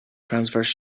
transverse